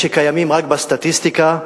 שקיימים רק בסטטיסטיקה.